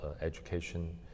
education